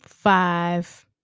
Five